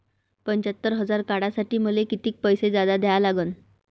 पंच्यात्तर हजार काढासाठी मले कितीक पैसे जादा द्या लागन?